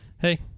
Hey